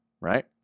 right